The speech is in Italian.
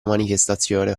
manifestazione